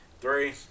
three